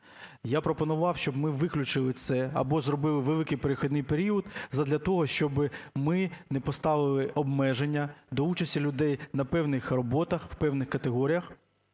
Я пропонував, щоб ми виключили це або зробили великий перехідний період задля того, щоб ми не поставили обмеження до участі людей на певних роботах в певних категоріях